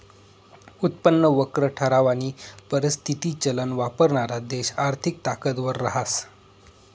उत्पन्न वक्र ठरावानी परिस्थिती चलन वापरणारा देश आर्थिक ताकदवर रहास